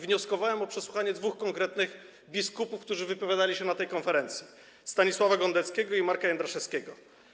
Wnioskowałem o przesłuchanie dwóch konkretnych biskupów, którzy wypowiadali się na tej konferencji - Stanisława Gądeckiego i Marka Jędraszewskiego.